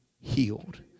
healed